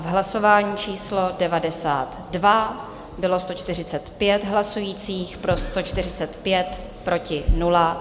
Hlasování číslo 92, bylo 145 hlasujících, pro 145, proti 0.